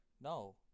No